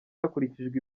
hakurikijwe